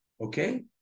Okay